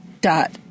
dot